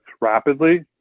rapidly